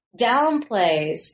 downplays